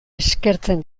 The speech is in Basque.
eskertzen